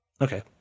Okay